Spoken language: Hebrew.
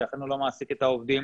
שאכן הוא לא מעסיק את העובדים.